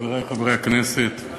חברי חברי הכנסת,